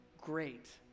great